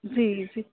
जी जी